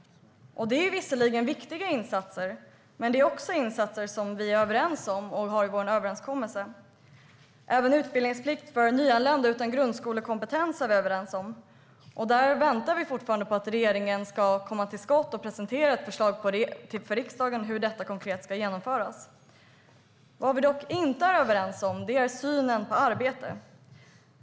Det är visserligen viktiga insatser, men det är insatser som vi är överens om och har i vår överenskommelse. Även utbildningsplikt för nyanlända utan grundskolekompetens är vi överens om. Där väntar vi fortfarande på att regeringen ska komma till skott och presentera ett förslag för riksdagen på hur detta ska genomföras konkret. Vad vi dock inte är överens om är synen på arbete.